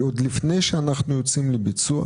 אבל עוד לפני שאנחנו יוצאים לביצוע,